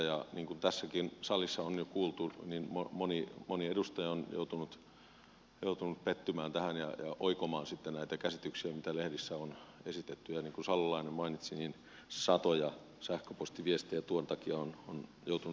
ja niin kuin tässäkin salissa on jo kuultu moni edustaja on joutunut pettymään tähän ja oikomaan sitten näitä käsityksiä mitä lehdissä on esitetty ja niin kuin salolainen mainitsi satoja sähköpostiviestejä tuon takia on joutunut vastaanottamaan